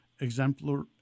exemplar